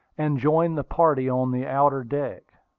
and joined the party on the outer deck.